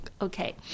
Okay